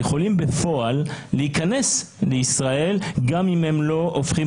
הם יכולים להיכנס לישראל גם אם הם לא הופכים